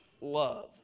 love